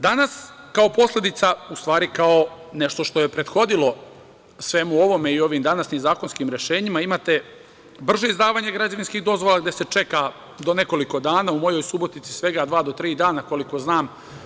Danas kao posledica, u stvari kao nešto što je prethodilo svemu ovome i ovim današnjim zakonskim rešenjima imate brže izdavanje građevinskih dozvola, gde se čeka do nekoliko dana, u mojoj Subotici svega dva do tri dana, koliko znam.